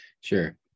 Sure